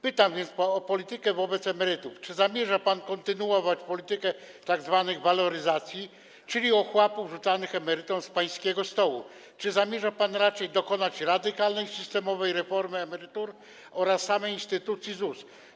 Pytam więc o politykę wobec emerytów: Czy zamierza pan kontynuować politykę tzw. waloryzacji, czyli ochłapów rzucanych emerytom z pańskiego stołu, czy zamierza pan raczej dokonać radykalnej, systemowej reformy emerytur oraz samej instytucji ZUS?